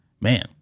man